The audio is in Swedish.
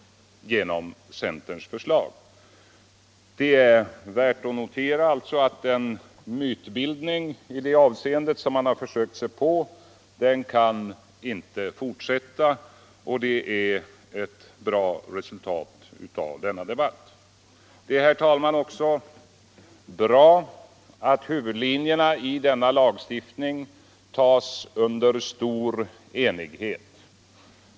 Det är alltså värt att konstatera att den mytbildning i det här avseendet som man försökt sig på inte kan fortsätta. Och det är ett bra resultat av denna debatt. Det är också bra, herr talman, att huvudlinjerna i denna lagstiftning antas under stor enighet.